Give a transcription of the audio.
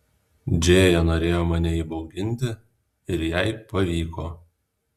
džėja norėjo mane įbauginti ir jai pavyko